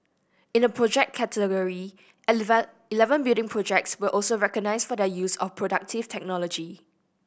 in the project category eleven building projects were also recognised for their use of productive technology